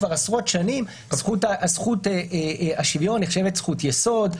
כבר עשרות שנים זכות השוויון נחשבת זכות-יסוד.